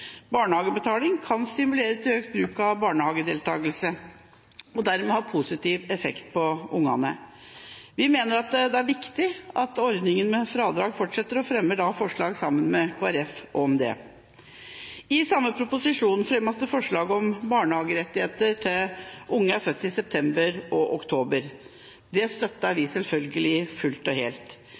barnehagebetaling kan stimulere til økt bruk av barnehagedeltakelse og dermed ha positiv effekt på barna. Vi mener det er viktig at ordningen med fradrag fortsetter, og fremmer forslag sammen med Kristelig Folkeparti om det. I Prop. 103 L fremmes det forslag om barnehagerett for barn født i september og oktober. Det støtter vi selvfølgelig fullt og helt.